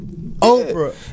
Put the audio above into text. Oprah